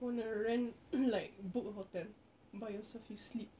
want to rent like book a hotel by yourself you sleep